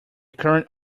current